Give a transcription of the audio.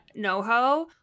NoHo